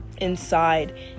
inside